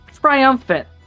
triumphant